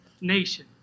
nation